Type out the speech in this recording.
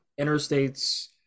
interstates